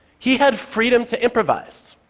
he had freedom to improvise.